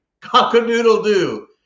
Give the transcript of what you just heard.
Cock-a-doodle-doo